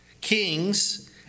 kings